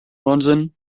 munson